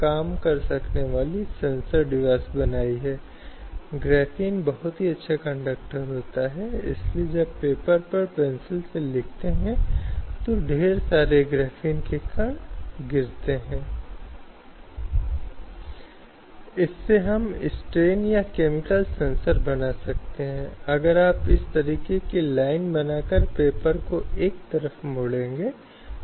दूसरा वह है जिसे हमने शत्रुतापूर्ण वातावरण कहा है जब अनुचित यौन आचरण व्यक्ति की नौकरी के प्रदर्शन के साथ अनुचित रूप से हस्तक्षेप करता है या एक प्रतिकूल या आक्रामक कार्य वातावरण बनाता है भले ही यह अमूर्त या आर्थिक नौकरी के परिणाम में न हो